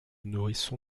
nourrisson